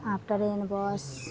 आब ट्रेन बस